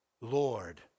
Lord